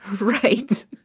right